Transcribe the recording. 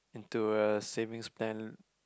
to a savings plan